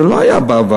זה לא היה בעבר.